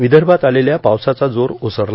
विदर्भात आलेल्या पावसाचा जोर ओसरला